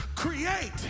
Create